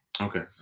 okay